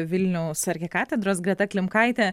vilniaus arkikatedros greta klimkaitė